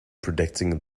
predicting